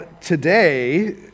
today